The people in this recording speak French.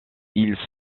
ils